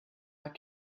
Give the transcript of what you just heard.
pas